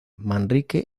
manrique